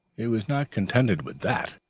he was not contented with that,